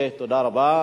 טוב, אוקיי, תודה רבה.